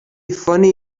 funny